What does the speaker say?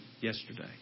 yesterday